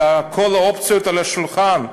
"כל האופציות על השולחן",